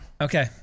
Okay